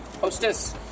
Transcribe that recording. hostess